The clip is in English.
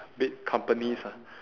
big companies ah